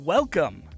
Welcome